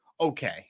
okay